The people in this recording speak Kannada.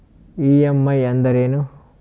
ಇ.ಎಂ.ಐ ಅಂದ್ರೇನು?